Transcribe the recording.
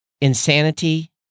Insanity